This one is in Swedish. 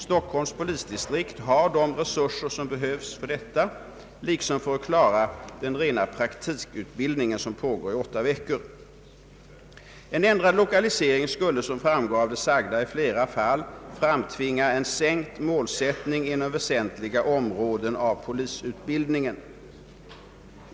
Stockholms polisdistrikt har de resurser som behövs för detta liksom för att klara den rena praktikutbildningen som pågår i åtta veckor. En ändrad lokalisering skulle som framgår av det sagda i flera fall framtvinga en sänkt målsättning inom väsentliga områden av polisutbildningen.